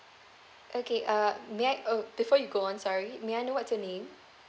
okay uh may I uh before we go on sorry may I know what's your name